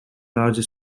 larger